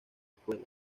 escuelas